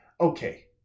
Okay